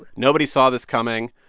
nobody saw this coming.